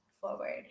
forward